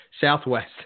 southwest